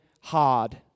hard